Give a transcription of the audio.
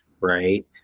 right